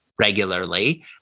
regularly